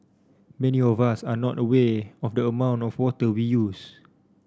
many of us are not aware of the amount of water we use